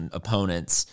opponents